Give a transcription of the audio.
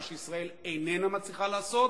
מה שישראל איננה מצליחה לעשות,